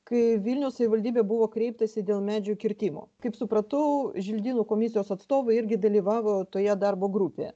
kai vilniaus savivaldybę buvo kreiptasi dėl medžių kirtimo kaip supratau želdynų komisijos atstovai irgi dalyvavo toje darbo grupėje